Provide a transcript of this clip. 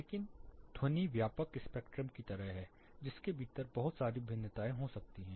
लेकिन ध्वनि व्यापक स्पेक्ट्रम की तरह है जिसके भीतर बहुत भिन्नताएं हो सकती हैं